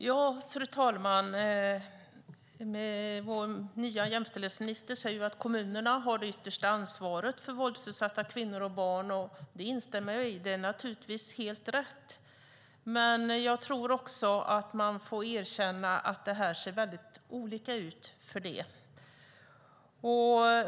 Fru talman! Vår nya jämställdhetsminister säger att kommunerna har det yttersta ansvaret för våldsutsatta kvinnor och barn. Jag instämmer i det; det är helt rätt. Men man får nog också erkänna att det ser väldigt olika ut.